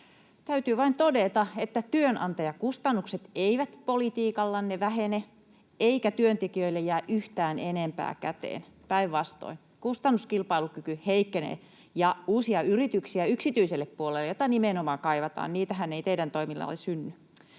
täytyy vain todeta, että työnantajakustannukset eivät politiikallanne vähene eikä työntekijöille jää yhtään enempää käteen — päinvastoin: kustannuskilpailukyky heikkenee, ja uusia yrityksiä yksityiselle puolelle, jota nimenomaan kaivataan, ei teidän toimillanne synny.